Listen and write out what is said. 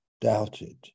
doubted